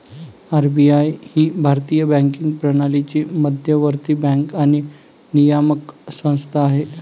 RBI ही भारतीय banking प्रणालीची मध्यवर्ती बँक आणि नियामक संस्था आहे